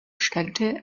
stellte